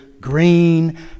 green